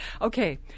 Okay